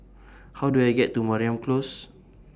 How Do I get to Mariam Close